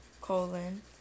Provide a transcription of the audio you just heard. colon